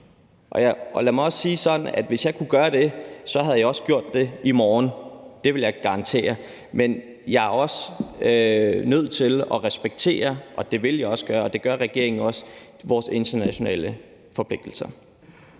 Og lad mig også sige det sådan, at hvis jeg kunne gøre det, gjorde jeg det også i morgen. Det vil jeg garantere. Men jeg er også nødt til at respektere, og det gør regeringen også, vores internationale forpligtelser.